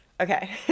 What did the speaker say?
okay